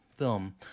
Film